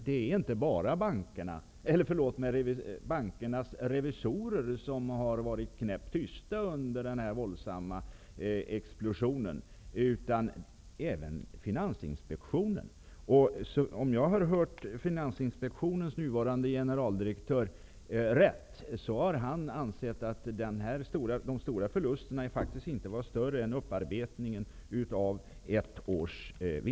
Det är inte bara bankernas revisorer som har varit knäpptysta under den här våldsamma explosionen utan även Finansinspektionen. Om jag har förstått Finansinspektionens nuvarande generaldirektör rätt har han ansett att de stora förlusterna faktiskt inte var större än upparbetningen av ett års vinster.